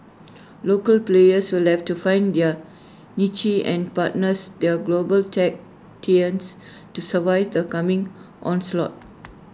local players will left to find their niche and partners their global tech titans to survive the coming onslaught